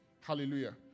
hallelujah